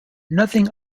nothing